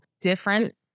different